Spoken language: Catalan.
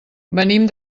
venim